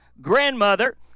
grandmother